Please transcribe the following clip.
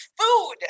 food